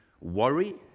worry